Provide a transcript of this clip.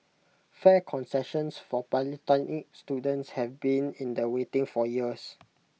fare concessions for polytechnic students have been in the waiting for years